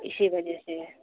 اسی وجہ سے